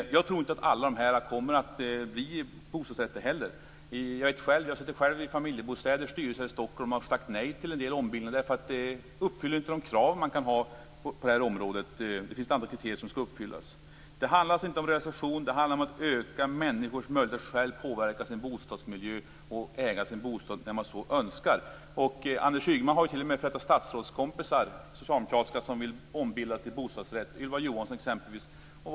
Jag tror heller inte att alla dessa fastigheter kommer att bli bostadsrätter. Jag sitter själv i Familjebostäders styrelse här i Stockholm och har sagt nej till en del ombildningar därför att de inte uppfyller de krav man kan ha på detta område. Det finns ett antal kriterier som skall uppfyllas. Det handlar alltså inte om realisation. Det handlar om att öka människors möjlighet att själva påverka sin bostadsmiljö och äga sin bostad när de så önskar. Anders Ygeman har kompisar - till och med f.d. socialdemokratiska statsråd - som vill omvandla hyresrätter till bostadsrätter, t.ex. Ylva Johansson.